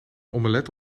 omelet